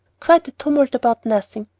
quite a tumult about nothing.